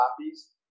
copies